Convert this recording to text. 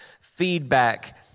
feedback